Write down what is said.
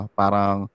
parang